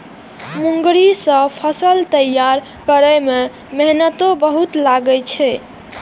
मूंगरी सं फसल तैयार करै मे मेहनतो बहुत लागै छै